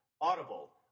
Audible